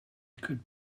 could